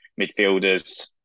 midfielders